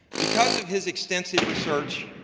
because of his extensive research,